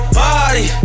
party